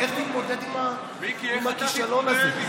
איך תתמודד עם הכישלון הזה?